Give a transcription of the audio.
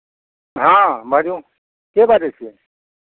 हाँ बाजू के बाजै छियै